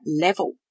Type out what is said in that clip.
level